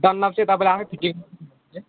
Dunlop चाहिँ तपाईँले आफै फिटिङ